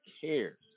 cares